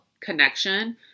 connection